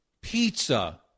pizza